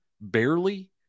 barely